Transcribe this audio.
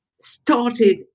started